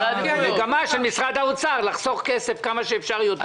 זאת מגמה של משרד האוצר לחסוך כסף כמה שאפשר שיותר,